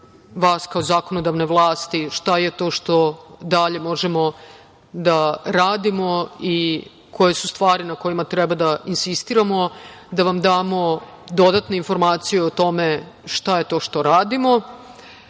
vas kao zakonodavne vlasti šta je to što dalje možemo da radimo i koje su stvari na kojima treba da insistiramo, da vam damo dodatne informacije o tome šta je to što radimo,